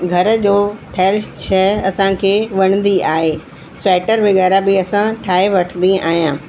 घर जो ठहियल शइ असांखे वणंदी आहे स्वेटर वग़ैरह बि असां ठाहे वठंदी आहियां